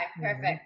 perfect